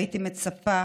הייתי מצפה